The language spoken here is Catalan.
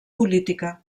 política